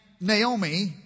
Naomi